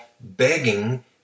begging